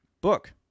book